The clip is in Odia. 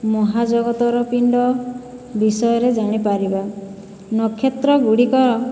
ମହାଜଗତର ପିଣ୍ଡ ବିଷୟରେ ଜାଣିପାରିବା ନକ୍ଷତ୍ରଗୁଡ଼ିକର